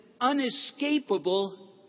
unescapable